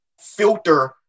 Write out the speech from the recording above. filter